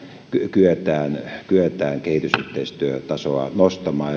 kyetään kyetään kehitysyhteistyön tasoa nostamaan